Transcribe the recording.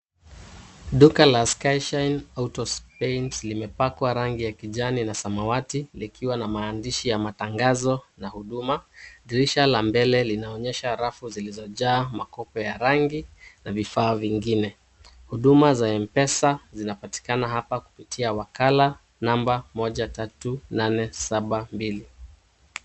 Duka la Skyshine Auto Paints, limepakwa rangi ya kijani na samawati, likiwa na maandishi ya matangazo na huduma. Dirisha la mbele linaonyesha rafu zilizojaa makopo ya rangi na vifaa vingine. Huduma za mpesa zinapatikana hapa kupitia wakala namba 13872.